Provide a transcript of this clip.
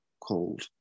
called